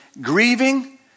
grieving